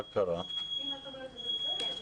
אני חושב,